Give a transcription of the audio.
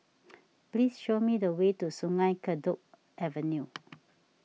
please show me the way to Sungei Kadut Avenue